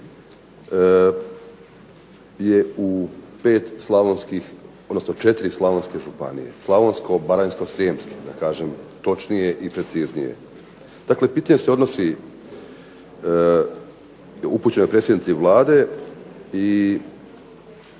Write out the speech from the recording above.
je u pet slavonskih, odnosno četiri slavonske županije, slavonsko-baranjsko-srijemske da kažem točnije i preciznije. Dakle pitanje se odnosi, upućeno predsjednici Vlade i